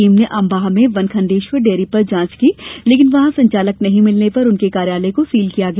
team ने अम्बाह में Bankhandeshwar dairy पर जांच की लेकिन वहां संचालक नही मिलने पर उसके कार्यालय को सील किया गया